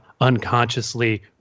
unconsciously